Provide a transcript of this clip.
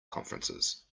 conferences